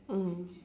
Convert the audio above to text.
mm